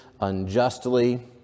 unjustly